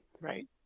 right